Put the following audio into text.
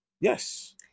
Yes